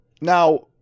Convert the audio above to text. now